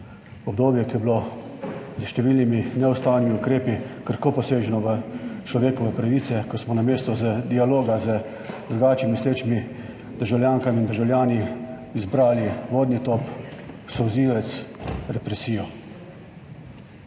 Obdobje, ko je bilo s številni neustavnimi ukrepi krepko poseženo v človekove pravice, ko smo namesto dialoga z drugače mislečimi državljankami in državljani, izbrali vodni top, solzivec, represijo.